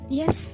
yes